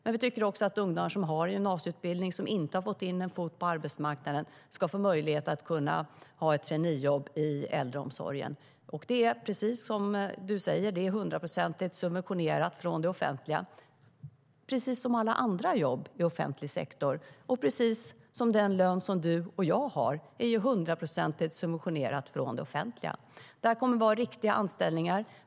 Men vi tycker också att ungdomar som har en gymnasieutbildning och som inte har fått in en fot på arbetsmarknaden ska få möjlighet att ha ett traineejobb i äldreomsorgen. Det här kommer att vara riktiga anställningar.